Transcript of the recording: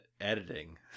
editing